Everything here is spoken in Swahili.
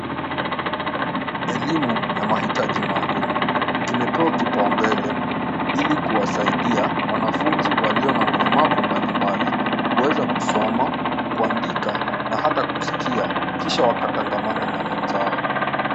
Elimu ya mahitaji maalum kimepewa kipaumbele ili kuwasaidia wanafunzi walio na ulemavu mbalimbali kuweza kusoma, kuandika na hata kuskia kisha wakatangamana na wenzao.